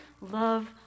love